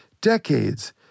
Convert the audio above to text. decades